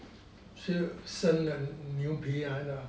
就生的牛皮啊